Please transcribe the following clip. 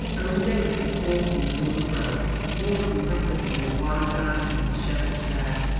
owen davies was walking to and fro walking rapidly with wild eyes and dishevelled hair.